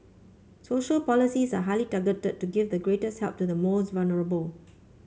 social policies are highly targeted to give the greatest help to the most vulnerable